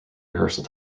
rehearsal